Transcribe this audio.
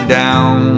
down